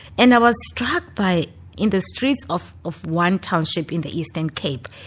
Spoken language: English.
and i was struck by in the streets of of one township in the eastern cape,